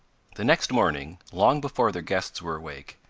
the next morning, long before their guests were awake,